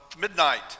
midnight